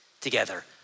Together